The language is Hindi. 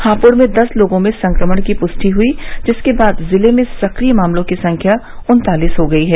हापुड़ में दस लोगों में संक्रमण की पुष्टि ह्यी जिसके बाद जिले में सक्रिय मामलों की संख्या उन्तालीस हो गई है